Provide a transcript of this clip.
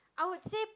I would say